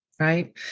Right